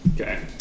Okay